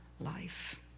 life